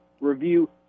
review